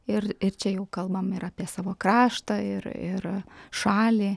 ir ir čia jau kalbam ir apie savo kraštą ir ir šalį